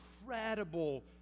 incredible